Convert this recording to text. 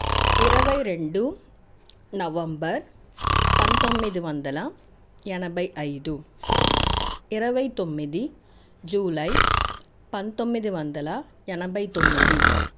ఇరవై రెండు నవంబర్ పంతొమ్మిది వందల ఎనభై ఐదు ఇరవై తొమ్మిది జూలై పంతొమ్మిది వందల ఎనభై తొమ్మిది